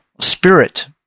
Spirit